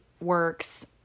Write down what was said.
works